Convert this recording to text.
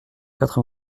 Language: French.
quatre